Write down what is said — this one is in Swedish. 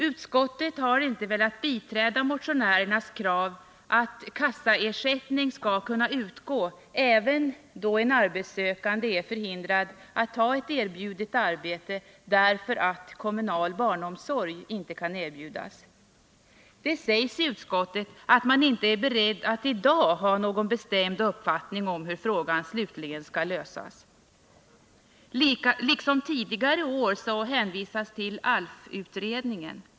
Utskottet har inte velat biträda motionärernas krav att kassaersättning skall kunna utgå även då en arbetssökande är förhindrad att ta ett erbjudet arbete därför att kommunal barnomsorg inte kan erbjudas. Det sägs av utskottet att man inte är beredd att i dag ha någon bestämd uppfattning om hur frågan slutligen skall lösas. Liksom tidigare år hänvisas till ALF-utredningen.